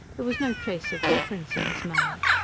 there was no trace of deference in his manner.